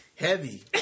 Heavy